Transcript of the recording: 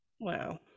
Wow